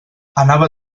anava